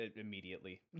immediately